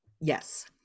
Yes